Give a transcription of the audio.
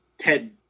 Ted